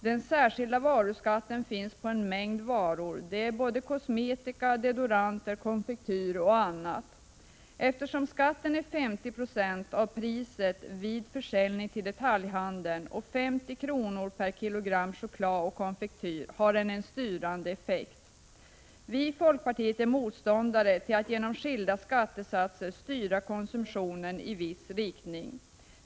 Den särskilda varuskatten finns på en mängd varor, det gäller både kosmetika, deodoranter, konfektyr och annat. Eftersom skatten är 50 96 av priset vid försäljning till detaljhandeln och 5 kr. per kilogram chokladoch konfektyrvaror har den en styrande effekt. Vi i folkpartiet är motståndare till att genom skilda skattesatser styra könsumtionen i viss riktning.